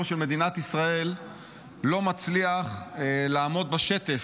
של מדינת ישראל לא מצליח לעמוד בשטף,